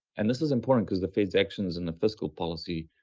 and this is important because the fed's actions and the fiscal policy,